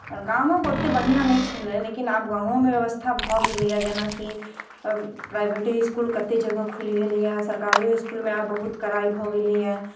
आओर गामक ओतेक बढ़िआँ नहि छलै लेकिन आब गामोमे व्यवस्था भऽ गेलैए जेनाकि प्राइभेटे इस्कुल कतेक जगह खुलि गेलैए सरकारियो इस्कुलमे आब बहुत कड़ाइ भऽ गेलैए